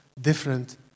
different